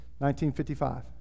1955